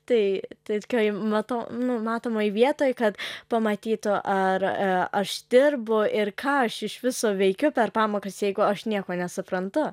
tai tai tikrai mato nu matomoj vietoj kad pamatytų ar a aš dirbu ir ką aš iš viso veikiu per pamokas jeigu aš nieko nesuprantu